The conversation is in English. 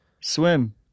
Swim